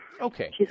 okay